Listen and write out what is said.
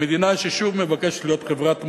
במדינה ששוב מבקשת להיות חברת מופת,